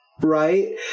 right